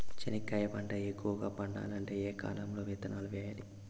చెనక్కాయ పంట ఎక్కువగా పండాలంటే ఏ కాలము లో విత్తనాలు వేయాలి?